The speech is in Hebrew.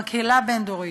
מקהלה בין-דורית,